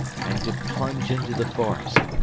and to plunge into the forest,